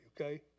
okay